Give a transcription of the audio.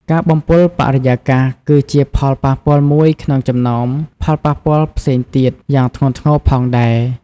ការបំពុលបរិយាកាស គឺជាផលប៉ះពាល់មួយក្នុងចំណោមផលប៉ះពាល់ផ្សេងទៀតយ៉ាងធ្ងន់ធ្ងរផងដែរ។